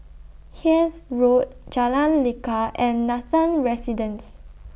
Hythe Road Jalan Lekar and Nathan Residences